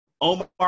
Omar